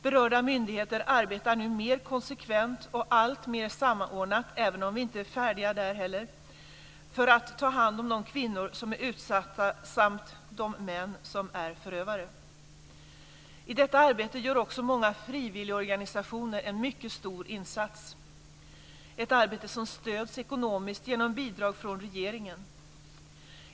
Berörda myndigheter arbetar nu mer konsekvent och alltmer samordnat, även om vi inte är färdiga där heller, för att ta hand om de kvinnor som är utsatta samt de män som är förövare. I detta arbete gör också många frivilligorganisationer en mycket stor insats - ett arbete som stöds ekonomiskt genom bidrag från regeringen.